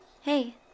Hey